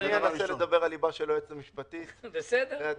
אנסה לדבר על ליבה של היועצת המשפטית אחרי הדיון.